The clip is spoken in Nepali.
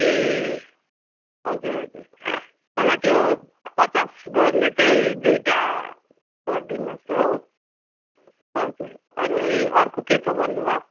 ए हजुर हजुर मलाई त्यो पचास गर्ने दुइटा गरिदिनुहोस् हो हजुर अनि अर्को के छ भन्नुभयो